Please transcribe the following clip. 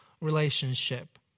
relationship